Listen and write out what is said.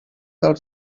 del